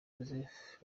joseph